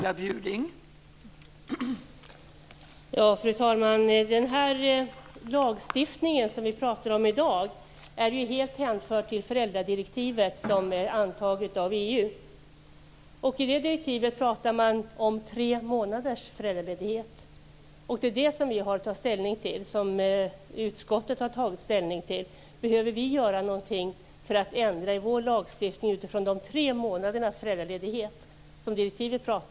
Fru talman! Den lagstiftning som vi talar om i dag hänför sig helt till det föräldradirektiv som antagits av EU. I det direktivet talar man om tre månaders föräldraledighet. Det är det vi har att ta ställning till, och det är vad utskottet har tagit ställning till. Frågan är: Behöver vi göra någonting för att ändra i vår lagstiftning utifrån de tre månadernas föräldraledighet som direktivet talar om?